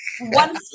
One